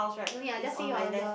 no need ah just say your your